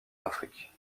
afrique